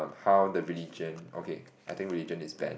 how the religion okay I think religion is banned